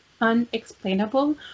unexplainable